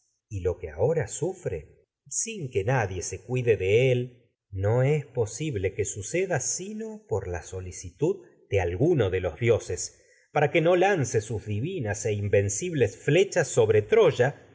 y lo que ahora sufre sin que nadie cuide de él es posible que suceda sino por la solicitud de alguno de que no los dioses para lance sus divinas e invencibles en flechas